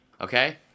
okay